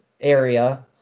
area